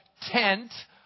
tent